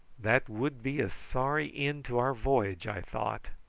that would be a sorry end to our voyage, i thought,